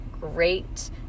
great